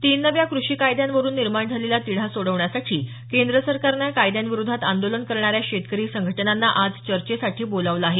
तीन नव्या कृषी कायद्यांवरून निर्माण झालेला तिढा सोडवण्यासाठी केंद्र सरकारनं या कायद्यांविरोधात आंदोलन करणाऱ्या शेतकरी संघटनांना आज चर्चेसाठी बोलावलं आहे